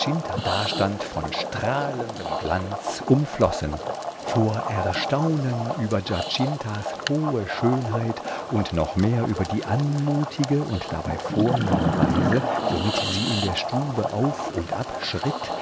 dastand von strahlendem glanz umflossen vor erstaunen über giacintas hohe schönheit und noch mehr über die anmutige und dabei vornehme weise womit sie in der stube auf und ab